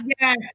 yes